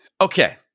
Okay